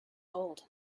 old